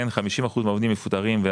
50 אחוזים מהעובדים מפוטרים.